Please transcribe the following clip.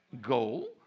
goal